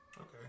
Okay